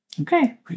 Okay